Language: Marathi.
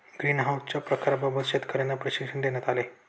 ग्रीनहाउसच्या प्रकारांबाबत शेतकर्यांना प्रशिक्षण देण्यात आले